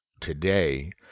today